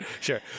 sure